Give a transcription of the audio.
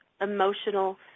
emotional